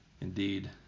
indeed